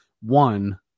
one